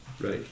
right